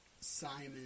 Simon